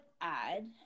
add